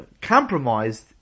compromised